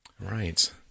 Right